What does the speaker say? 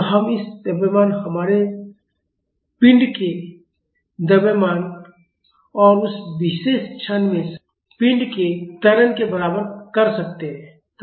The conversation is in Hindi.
तो हम इसे द्रव्यमान हमारे पिंड के द्रव्यमान और उस विशेष क्षण में पिंड के त्वरण के बराबर कर सकते हैं